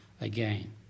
again